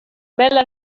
bella